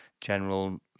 general